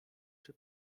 czy